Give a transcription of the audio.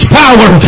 power